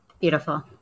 Beautiful